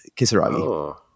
Kisaragi